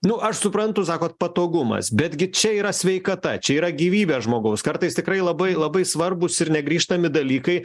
nu aš suprantu sakot patogumas betgi čia yra sveikata čia yra gyvybė žmogaus kartais tikrai labai labai svarbūs ir negrįžtami dalykai